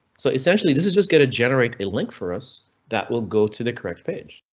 so essentially this is just going to generate a link for us that will go to the correct page.